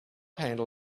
handle